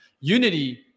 unity